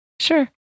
Sure